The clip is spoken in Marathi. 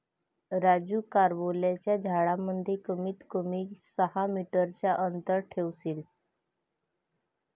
राजू कारंबोलाच्या झाडांमध्ये कमीत कमी सहा मीटर चा अंतर ठेवशील